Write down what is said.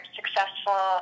successful